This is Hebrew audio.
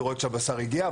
לראות שהבשר הגיע,